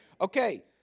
Okay